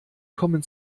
kommen